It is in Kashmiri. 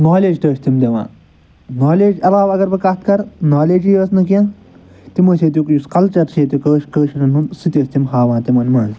نالیج تہِ ٲسۍ تِم دِوان نالیج علاوٕ اَگر بہٕ کَتھ کَرٕ نالیجٕے یٲژ نہٕ کیٚنٛہہ تِم ٲسۍ ییٚتیُک یُس کَلچَر چھِ ییٚتیُک کٲشرٮ۪ن ہُنٛد سُہ تہِ ٲسۍ تِم ہاوان تِمَن منٛز